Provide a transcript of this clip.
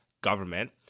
government